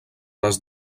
les